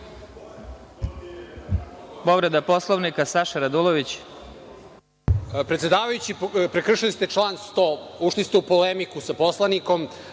Povreda Poslovnika, Saša Radulović.